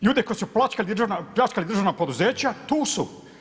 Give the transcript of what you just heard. Ljude koji su pljačkali državna poduzeća, tu su.